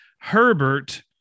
Herbert